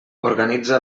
organitza